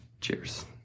Cheers